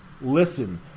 listen